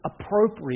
appropriate